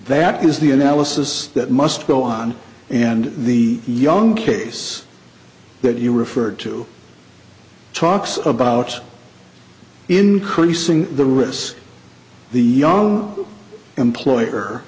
that is the analysis that must go on and the young case that you referred to talks about increasing the risk the young employer